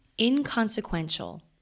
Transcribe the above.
inconsequential